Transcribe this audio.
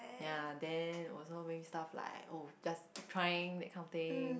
ya then also very stuff like oh just keep trying that kind of thing